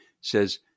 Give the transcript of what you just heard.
says